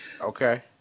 Okay